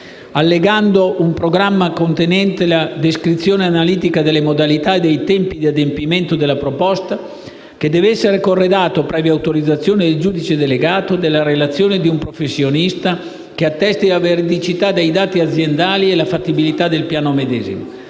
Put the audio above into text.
allegando un programma contenente la descrizione analitica delle modalità e dei tempi di adempimento della proposta, che deve essere corredato, previa autorizzazione del giudice delegato, dalla relazione di un professionista, che attesti la veridicità dei dati aziendali e la fattibilità del piano medesimo.